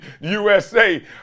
USA